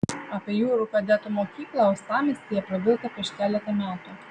apie jūrų kadetų mokyklą uostamiestyje prabilta prieš keletą metų